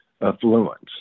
affluence